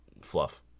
fluff